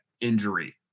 injury